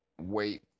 wait